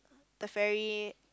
the ferry